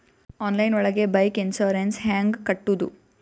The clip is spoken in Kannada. ಆನ್ಲೈನ್ ಒಳಗೆ ಬೈಕ್ ಇನ್ಸೂರೆನ್ಸ್ ಹ್ಯಾಂಗ್ ಕಟ್ಟುದು?